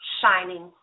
shining